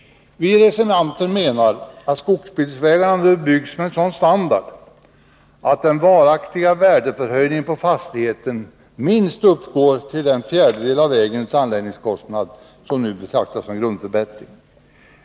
Vi reservanter menar att skogsbilvägarna nu byggs med sådan standard att den varaktiga värdehöjningen på fastigheten minst uppgår till den fjärdedel av vägens anläggningskostnad som nu betraktas som grundförbättring.